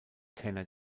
kenner